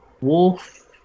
Wolf